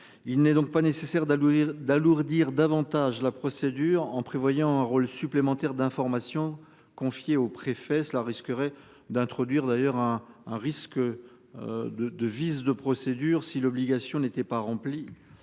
Il n'est donc pas nécessaire d'alourdir d'alourdir davantage la procédure en prévoyant un rôle supplémentaire d'information confiée au préfet cela risquerait d'introduire d'ailleurs hein. Un risque. De de vices de procédure si l'obligation n'étaient pas remplies